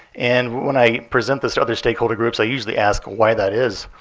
and when i present this to other stakeholder groups, i usually ask why that is.